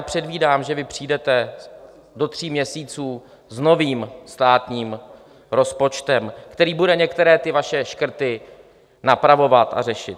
Předvídám, že přijdete do tří měsíců s novým státním rozpočtem, který bude některé ty vaše škrty napravovat a řešit.